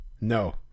No